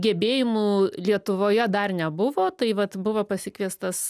gebėjimų lietuvoje dar nebuvo tai vat buvo pasikviestas